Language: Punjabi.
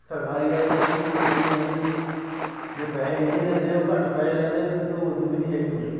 ਸਰਕਾਰੀ ਵਾਲੇ 'ਚ ਕੋਈ ਸਹੂਲਤ ਨਹੀਂ ਹੈਗੀ ਜੇ ਪੈਸੇ ਨਹੀਂ ਲੈਂਦੇ ਉਹ ਘੱਟ ਪੈਸੇ ਲੈਂਦੇ ਆ ਤੇ ਸਹੂਲਤ ਵੀ ਨਹੀਂ ਹੈਗੀ ਕੋਈ